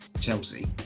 Chelsea